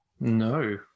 No